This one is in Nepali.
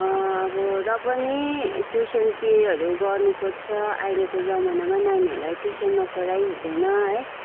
अबर पनि ट्युसन फीहरू गर्नु पर्छ अहिलेको जमनामा नानीहरूलाई ट्युसन नपढाइ हुँदैन है